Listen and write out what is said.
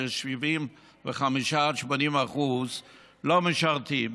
ש-75% עד 80% לא משרתים,